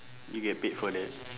you get paid for that